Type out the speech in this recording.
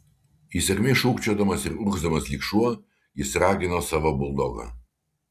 įsakmiai šūkčiodamas ir urgzdamas lyg šuo jis ragino savo buldogą